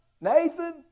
Nathan